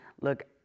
look